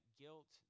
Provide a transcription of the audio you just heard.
guilt